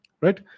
right